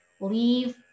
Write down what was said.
leave